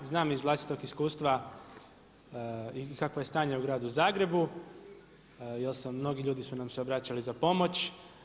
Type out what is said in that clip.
Znam iz vlastitog iskustva i kakvo je stanje u gradu Zagrebu jer su mnogi ljudi nam se obraćali za pomoć.